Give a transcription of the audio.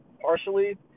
partially